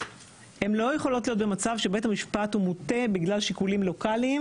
הן לא יכולות להיות במצב שבית המשפט הוא מוטה בגלל שיקולים לוקליים